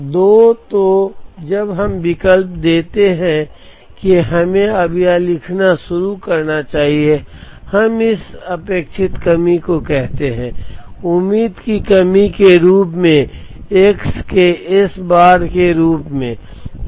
2 तो जब हम विकल्प देते हैं कि हमें अब यह लिखना शुरू करना चाहिए अब हम इस अपेक्षित कमी को कहते हैं उम्मीद की कमी के रूप में एक्स के एस बार के रूप में